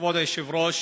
כבוד היושב-ראש,